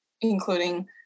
including